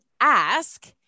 ask